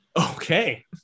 Okay